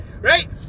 right